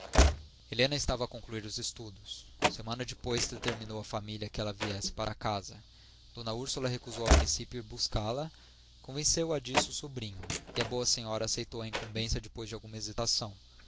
helena estava a concluir os estudos semanas depois determinou a família que ela viesse para a casa d úrsula recusou a princípio ir buscá-la convenceu a disso o sobrinho e a boa senhora aceitou a incumbência depois de alguma hesitação